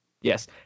Yes